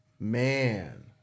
Man